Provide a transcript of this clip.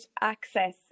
access